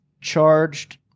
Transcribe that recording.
Charged